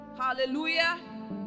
Hallelujah